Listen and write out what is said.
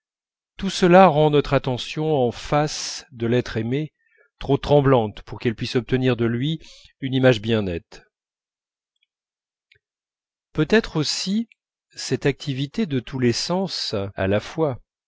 tout cela rend notre attention en face de l'être aimé trop tremblante pour qu'elle puisse obtenir de lui une image bien nette peut-être aussi cette activité de tous les sens à la fois